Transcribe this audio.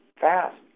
fast